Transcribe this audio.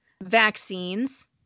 vaccines